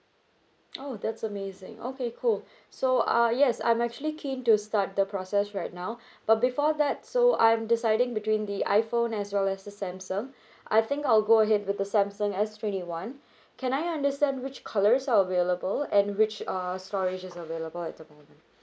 oh that's amazing okay cool so uh yes I'm actually keen to start the process right now but before that so I'm deciding between the iphone as well as the samsung I think I will go ahead with the samsung S twenty one can I understand which colours are available and which uh storage is available at the moment